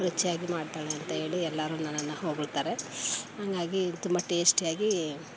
ರುಚಿಯಾಗಿ ಮಾಡ್ತಾಳೆ ಅಂತ ಹೇಳಿ ಎಲ್ಲರೂ ನನ್ನನ್ನು ಹೋಗಳ್ತಾರೆ ಹಂಗಾಗಿ ತುಂಬ ಟೇಸ್ಟಿಯಾಗಿ